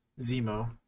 Zemo